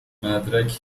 مدرکی